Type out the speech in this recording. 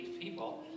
people